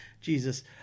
Jesus